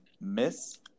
miss